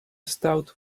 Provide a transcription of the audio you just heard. stout